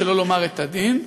שלא לומר את הדין.